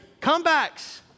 Comebacks